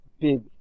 big